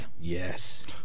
Yes